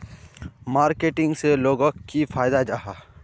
Marketing से लोगोक की फायदा जाहा?